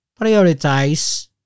prioritize